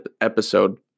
episode